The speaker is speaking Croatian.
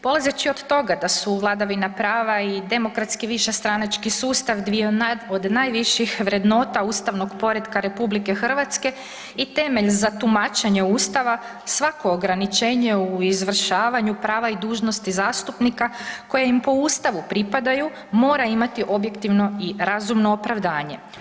Polazeći od toga da su vladavina prava i demokratski višestranački sustav dviju od najviših vrednota ustavnog poretka RH i temelj za tumačenje Ustava svako ograničenje u izvršavanju prava i dužnosti zastupnika koje im po Ustavu pripadaju mora imati objektivno i razumno opravdanje.